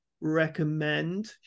recommend